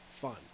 Fun